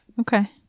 Okay